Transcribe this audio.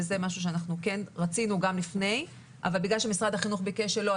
וזה משהו שאנחנו כן רצינו גם לפני - אבל בגלל שמשרד החינוך ביקש שלא,